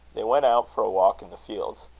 they went out for a walk in the fields.